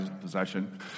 possession